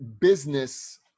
business